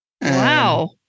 Wow